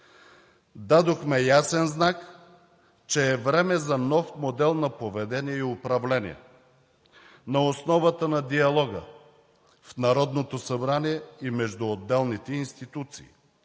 Дадохме ясен знак, че е време за нов модел на поведение и управление, на основата на диалога в Народното събрание и между отделните институции,